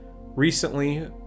recently